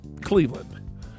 Cleveland